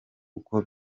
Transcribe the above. uko